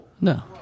No